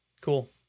cool